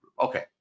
Okay